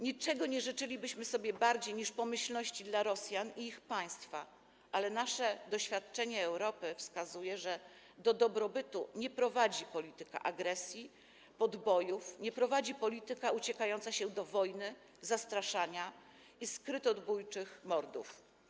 Niczego nie życzylibyśmy sobie bardziej niż pomyślności dla Rosjan i ich państwa, ale nasze doświadczenie Europy wskazuje, że do dobrobytu nie prowadzi polityka agresji i podbojów, nie prowadzi polityka uciekająca się do wojny, zastraszania i skrytobójczych mordów.